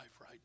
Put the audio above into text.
right